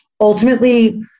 ultimately